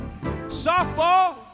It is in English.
softball